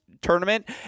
tournament